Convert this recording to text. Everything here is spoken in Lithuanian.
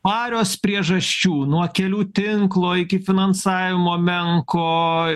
marios priežasčių nuo kelių tinklo iki finansavimo menko